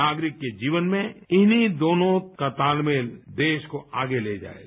नागरिक के जीवन में इन्हीं दोनों का तालमेल देश को आगे ले जाएगा